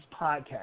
Podcast